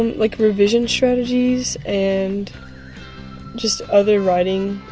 um like revision strategies, and just other writing.